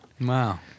Wow